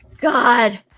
God